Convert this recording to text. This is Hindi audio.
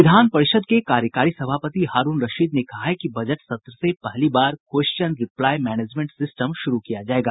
विधान परिषद् के कार्यकारी सभापति हारूण रशीद ने कहा है कि बजट सत्र से पहली बार क्वेश्चन रिप्लाई मैनेजमेंट सिस्टम शुरू किया जायेगा